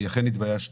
אני אכן התביישתי,